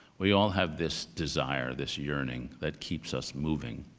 we all have this desire, this yearning, that keeps us moving.